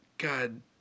God